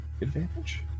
advantage